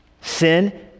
Sin